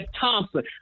Thompson